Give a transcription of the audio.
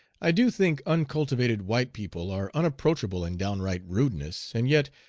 i do think uncultivated white people are unapproachable in downright rudeness, and yet,